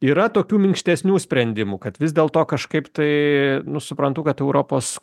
yra tokių minkštesnių sprendimų kad vis dėl to kažkaip tai nu suprantu kad europos